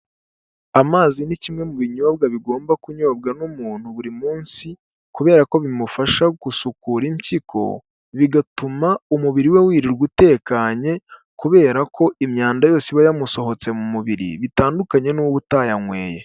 Amazi ni kimwe mu binyobwa bigomba kunyobwa n'umuntu buri munsi kubera ko bimufasha gusukura impyiko, bigatuma umubiri we wirirwa utekanye kubera ko imyanda yose iba yamusohotse mu mubiri, bitandukanye n'uba utayanyweye.